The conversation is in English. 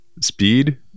Speed